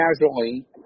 casually